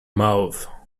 mauve